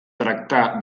tractar